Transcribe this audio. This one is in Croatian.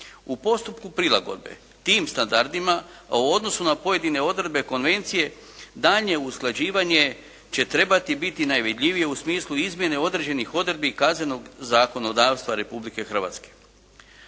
U postupku prilagodbe tim standardima, a u odnosu na pojedine odredbe konvencije daljnje usklađivanje će trebati biti najvidljivije u smislu izmjene određenih odredbi kaznenog zakonodavstva Republike Hrvatske.